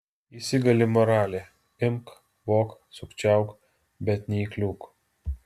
įsigali moralė imk vok sukčiauk bet neįkliūk